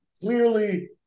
clearly –